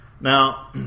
Now